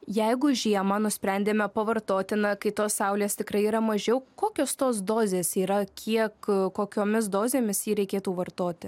jeigu žiemą nusprendėme pavartotina kai tos saulės tikrai yra mažiau kokios tos dozės yra kiek kokiomis dozėmis jį reikėtų vartoti